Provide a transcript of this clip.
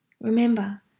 Remember